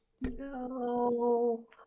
No